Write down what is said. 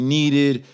needed